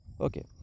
Okay